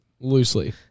loosely